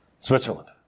Switzerland